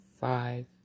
five